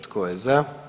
Tko je za?